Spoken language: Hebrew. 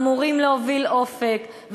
אמורים להוביל אופק,